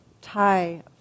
Thai